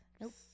Nope